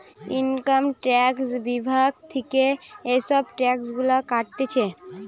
income tax বিভাগ থিকে এসব ট্যাক্স গুলা কাটছে